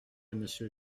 monsieur